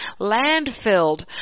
landfilled